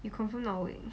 you confirm norway